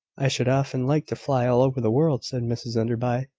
i should often like to fly all over the world, said mrs enderby,